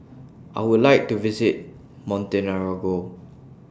I Would like to visit Montenegro